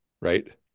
right